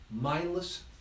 mindless